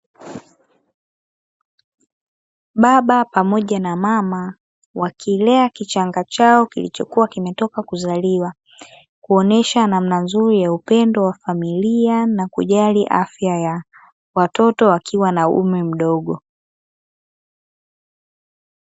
Baba pamoja na mama wakilea kichanga chao kilichokuwa kimetoka kuzaliwa, kuonyesha namna nzuri ya upendo wa familia na kujali afya ya watoto wakiwa na umri mdogo.